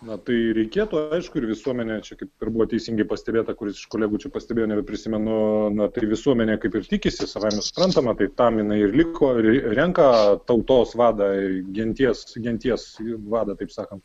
na tai reikėtų aišku ir visuomenė kaip ir buvo teisingai pastebėta kuris iš kolegų čia pastebėjo nebeprisimenu na tai ir visuomenė kaip ir tikisi savaime suprantama taip tam jinai ir linko renka tautos vadą genties genties vadą taip sakant